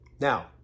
Now